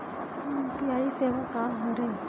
UPI सेवा का हरे?